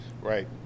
Right